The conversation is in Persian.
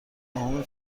نهم